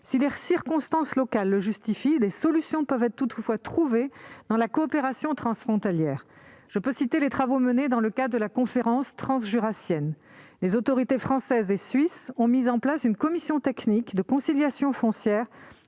Si les circonstances locales le justifient, des solutions peuvent être toutefois trouvées dans la coopération transfrontalière. Je peux ainsi citer les travaux menés dans le cadre de la conférence transjurassienne : à cette occasion, les autorités françaises et suisses ont mis en place une commission technique de conciliation foncière,